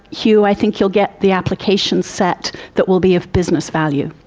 hugh, i think you'll get the application set that will be of business value.